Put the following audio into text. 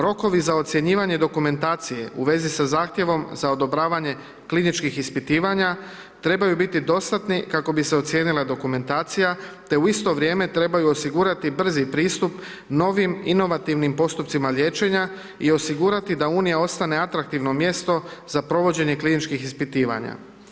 Rokovi za ocjenjivanje dokumentacije u vezi sa zahtjevom za odobravanje kliničkih ispitivanja, trebaju biti dostatni kako bi se ocijenila dokumentacija te u isto vrijeme trebaju osigurati brzi pristup novim inovativnim postupcima liječenja i osigurati da unija ostane atraktivno mjesto za provođenje kliničkih ispitivanja.